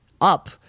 up